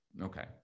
Okay